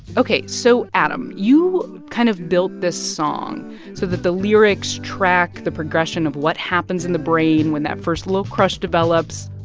ok. so, adam, you kind of built this song so that the lyrics track the progression of what happens in the brain when that first little crush develops.